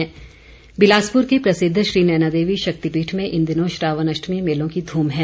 श्रावण अष्टमी बिलासपुर के प्रसिद्ध श्री नैनादेवी शक्तिपीठ में इन दिनों श्रावण अष्टमी मेलों की ध्रम है